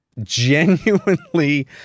genuinely